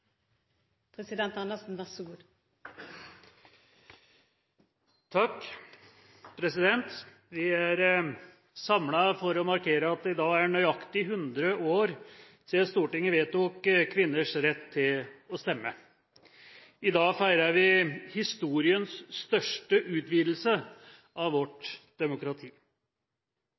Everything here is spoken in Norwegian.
nøyaktig 100 år siden Stortinget vedtok kvinners rett til å stemme. I dag feirer vi historiens største utvidelse av vårt demokrati.